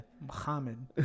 Muhammad